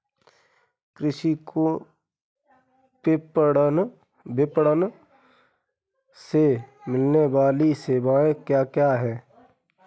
कृषि को विपणन से मिलने वाली सेवाएँ क्या क्या है